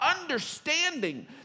understanding